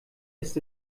ist